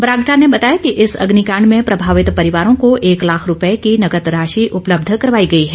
बरागटा ने बताया कि इस अग्निकांड में प्रभावित परिवारों को एक लाख रूपये की नगद राशि उपलब्ध करवाई गई है